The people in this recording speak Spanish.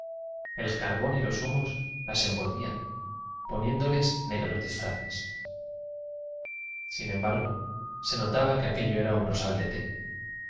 el carbón y los humos las envolvían poniéndoles ne gros disfraces sin embargo se notaba que aquello era un rosal de te